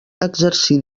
exercir